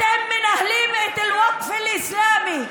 אתם מנהלים את אל-ווקף אל-אסלאמי,